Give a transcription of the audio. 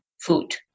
food